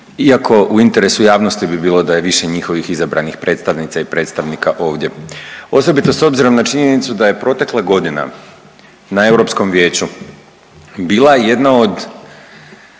iako u interesu javnosti bi bilo da je više njihovih izabranih predstavnica i predstavnika ovdje osobito s obzirom na činjenicu da je protekla godina na Europskom vijeću bila jedna od